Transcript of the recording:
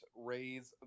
raise